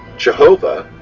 jehovah,